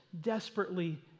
desperately